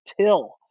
till